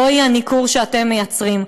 זהו הניכור שאתם מייצרים.